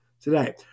today